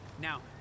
Now